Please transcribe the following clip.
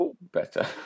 better